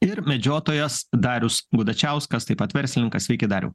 ir medžiotojas darius gudačiauskas taip pat verslininkas sveiki dariau